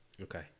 Okay